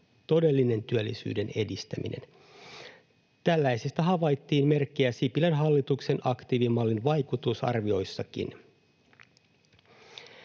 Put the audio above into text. todellinen työllisyyden edistäminen. Tällaisesta havaittiin merkkejä Sipilän hallituksen aktiivimallin vaikutusarvioissakin.